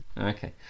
Okay